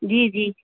जी जी